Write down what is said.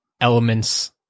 Elements